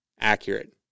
accurate